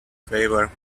favour